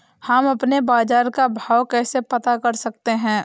हम अपने बाजार का भाव कैसे पता कर सकते है?